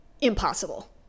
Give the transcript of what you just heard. impossible